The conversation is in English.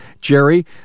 jerry